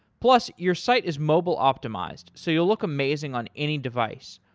plus, your site is mobile optimized so you'll look amazing on any device.